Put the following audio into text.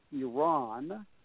Iran